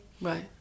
Right